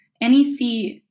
NEC